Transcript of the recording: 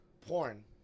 Porn